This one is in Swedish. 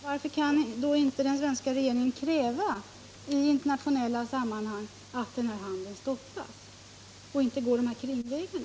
Herr talman! Varför kan då inte den svenska regeringen kräva i internationella sammanhang att handeln med bröstmjölksersättning stoppas i u-länderna, i stället för att man går de här kringvägarna?